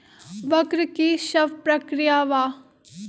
वक्र कि शव प्रकिया वा?